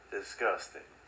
Disgusting